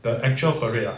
the actual parade ah